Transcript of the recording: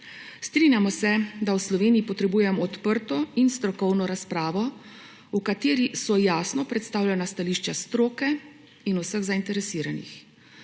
Strinjamo se, da v Sloveniji potrebujemo odprto in strokovno razpravo, v kateri so jasno predstavljena stališča stroke in vseh zainteresiranih.